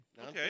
Okay